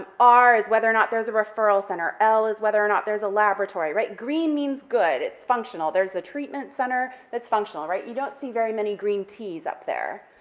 um r is whether or not there's a referral center, l is whether or not there's a laboratory, right. green means good, it's functional, there's a treatment center that's functional, right, you don't see very many green ts up there,